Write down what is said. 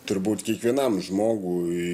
turbūt kiekvienam žmogui